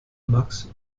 max